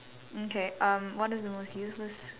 mm okay um what is the most useless